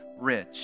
rich